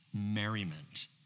merriment